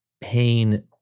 pain